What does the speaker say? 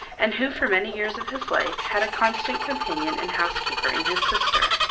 and who for many years of his life, had a constant companion and housekeeper in his sister.